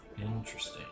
Interesting